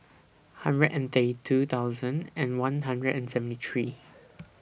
hundred and thirty two thousand and one hundred and seventy three